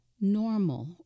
normal